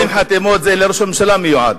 40 חתימות, זה לראש הממשלה מיועד.